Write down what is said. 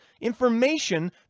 information